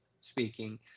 speaking